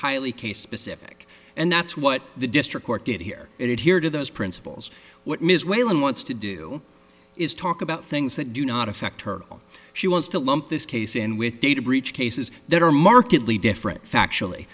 highly case specific and that's what the district court did hear it here to those principles what ms whalen wants to do is talk about things that do not affect her she wants to lump this case in with data breach cases that are markedly different factually